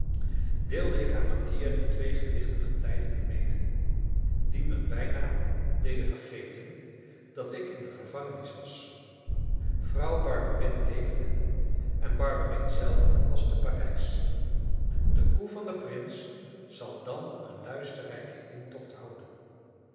deelde ik aan mattia de twee gewichtige tijdingen mede die me bijna deden vergeten dat ik in de gevangenis was vrouw barberin leefde en barberin zelf was te parijs de koe van den prins zal dan een luisterrijken intocht houden